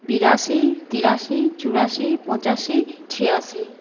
বিরাশি তিরাশি চুরাশি পঁচাশি ছিয়াশি